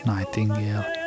Nightingale